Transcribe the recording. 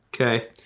Okay